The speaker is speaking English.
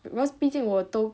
because 毕竟我都